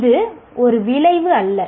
இது ஒரு விளைவு அல்ல